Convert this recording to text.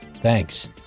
thanks